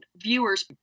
viewers